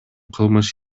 кылмыш